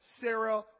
Sarah